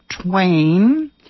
Twain